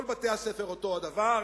כל בתי-הספר אותו הדבר,